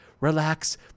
relax